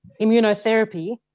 immunotherapy